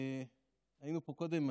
היינו פה קודם,